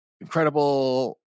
incredible